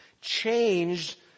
changed